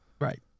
Right